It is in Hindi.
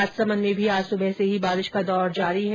राजसमंद में भी आज सुबह से ही बारिश का दौर जारी है